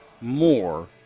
more